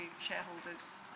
shareholders